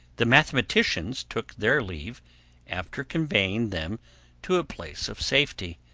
the mathematicians took their leave after conveying them to a place of safety,